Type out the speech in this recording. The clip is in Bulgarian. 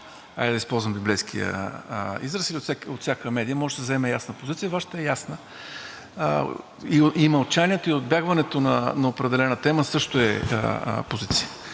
да използвам библейския израз, и от всяка медия може да се вземе ясна позиция. Вашата е ясна. И мълчанието, и отбягването на определена тема също е позиция.